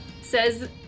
says